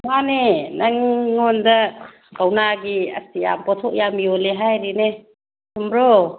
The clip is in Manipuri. ꯃꯥꯅꯦ ꯅꯪꯉꯣꯟꯗ ꯀꯧꯅꯥꯒꯤ ꯑꯁ ꯌꯥꯝ ꯄꯣꯠꯊꯣꯛ ꯌꯥꯝ ꯌꯣꯜꯂꯦ ꯍꯥꯏꯔꯤꯅꯦ ꯆꯨꯝꯕ꯭ꯔꯣ